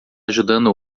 ajudando